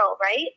right